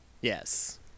Yes